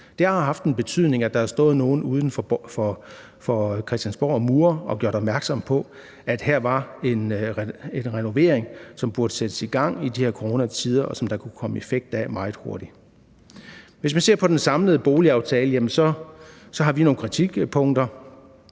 Det har haft en betydning, at der har stået nogle uden for Christiansborgs mure og gjort opmærksom på, at her var en renovering, som burde sættes i gang i de her coronatider, og som der kunne komme effekt af meget hurtigt. Hvis man ser på den samlede boligaftale, har vi nogle kritikpunkter.